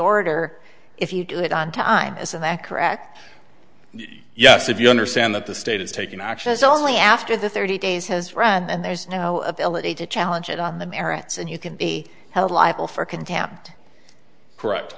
order if you do it on time isn't that correct yes if you understand that the state is taking actions only after the thirty days has run and there's no ability to challenge it on the merits and you can be held liable for contempt correct